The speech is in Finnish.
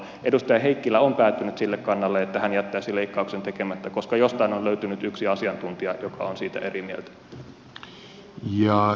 edustaja heikkilä on päätynyt sille kannalle että hän jättäisi leikkauksen tekemättä koska jostain on löytynyt yksi asiantuntija joka on siitä eri mieltä